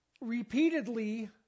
repeatedly